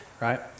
right